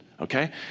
okay